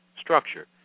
structure